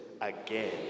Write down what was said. Again